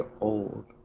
old